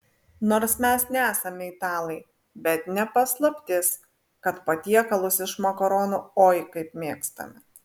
nors mes nesame italai bet ne paslaptis kad patiekalus iš makaronų oi kaip mėgstame